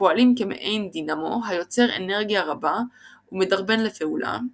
הפועלים כמעין דינמו היוצר אנרגיה רבה ומדרבן לפעולה.